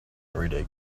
everyday